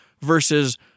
versus